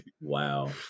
Wow